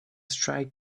stray